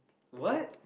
okay